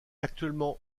actuellement